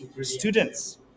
students